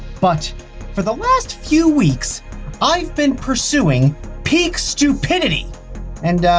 but for the last few weeks i've been pursuing peak stupidity and, uhh,